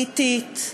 היא אטית,